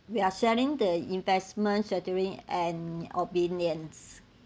we are selling the investments strategy and opinions